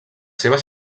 seves